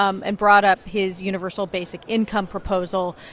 um and brought up his universal basic income proposal,